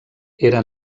era